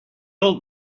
old